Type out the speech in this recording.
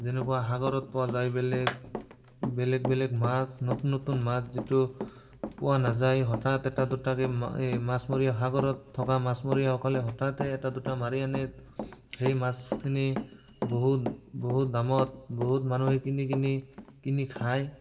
যেনেকুৱা সাগৰত পোৱা যায় বেলেগ বেলেগ বেলেগ মাছ নতুন নতুন মাছ যিটো পোৱা নাযায় হঠাৎ এটা দুটাকে এই মাছমৰীয়া সাগৰত থকা মাছমৰীয়াসকলে হঠাতে এটা দুটা মাৰি আনে সেই মাছখিনি বহুত বহুত দামত বহুত মানুহে কিনি কিনি কিনি খায়